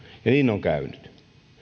on käynyt